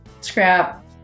Scrap